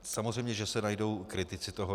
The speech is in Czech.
Je samozřejmé, že se najdou kritici toho.